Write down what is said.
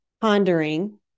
pondering